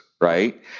Right